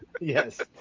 Yes